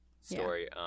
story